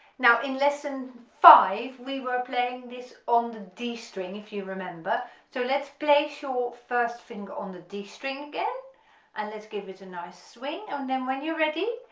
now in lesson five we were playing this on the d string if you remember so let's place your first finger on the d string again and let's give it a nice swing and then when you're ready,